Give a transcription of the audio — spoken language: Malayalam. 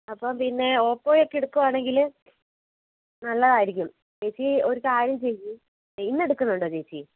അപ്പോൾ പിന്നെ ഓപ്പോയൊക്കെ എടുക്കുവാണെങ്കില് നല്ലതായിരിക്കും ചേച്ചി ഒരു കാര്യം ചെയ്യ് ഇന്ന് എടുക്കുന്നുണ്ടോ ചേച്ചി